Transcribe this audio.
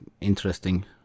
interesting